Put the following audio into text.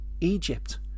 Egypt